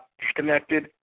disconnected